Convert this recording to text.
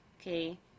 okay